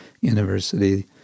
university